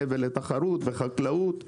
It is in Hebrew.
מעבר לתחרות וחקלאות,